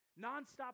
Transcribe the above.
nonstop